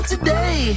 Today